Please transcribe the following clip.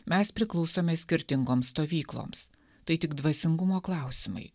mes priklausome skirtingoms stovykloms tai tik dvasingumo klausimai